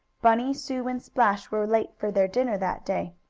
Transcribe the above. bunny, sue and splash were late for their dinner that day.